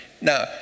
now